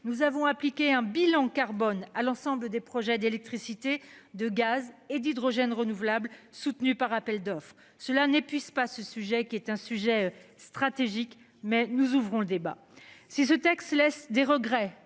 Nous avons appliqué un bilan carbone à l'ensemble des projets d'électricité, de gaz et d'hydrogène renouvelable soutenue par appel d'offres. Cela n'épuise pas ce sujet qui est un sujet stratégique, mais nous ouvrons le débat, si ce texte laisse des regrets